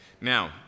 Now